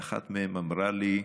ואחת מהן אמרה לי: